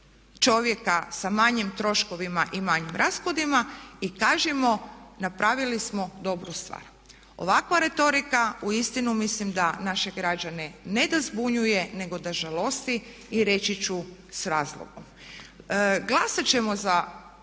čovjeka sa manjim troškovima i manjim rashodima i kažimo napravili smo dobru stvar. Ovakva retorika uistinu mislim da naše građane ne da zbunjuje, nego da žalosti i reći ću s razlogom. Glasat ćemo za